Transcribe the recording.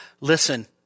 listen